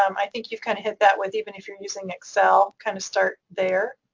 um i think you've kind of hit that with even if you're using excel, kind of start there,